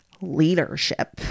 leadership